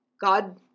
God